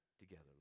together